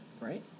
right